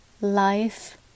life